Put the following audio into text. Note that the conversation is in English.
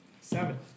Seven